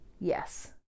Yes